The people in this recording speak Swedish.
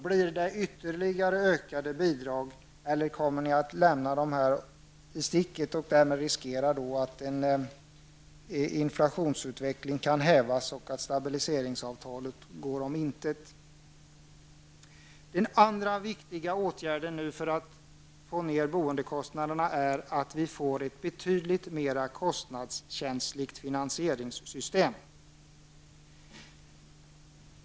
Blir det ytterligare ökade bidrag eller kommer ni att lämna de lågavlönade i sticket och därmed riskera att en inflationsutveckling kan hävas och att stabiliseringsavtalet går om intet? Den andra viktiga åtgärden för att få ned boendekostnaderna är att vi får ett betydligt mer kostnadskänsligt finansieringssystem.